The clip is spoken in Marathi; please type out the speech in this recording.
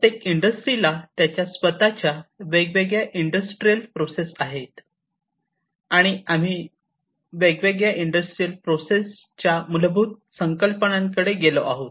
प्रत्येक इंडस्ट्रीला त्यांच्या स्वत च्या वेगळ्या इंडस्ट्रियल प्रोसेस आहेत आणि आम्ही वेगवेगळ्या इंडस्ट्रियल प्रोसेस च्या मूलभूत संकल्पनांकडे गेलो आहोत